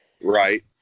Right